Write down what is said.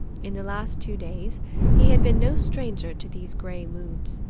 in the last two days he had been no stranger to these grey moods,